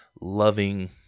loving